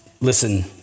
listen